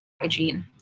hygiene